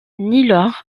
nilor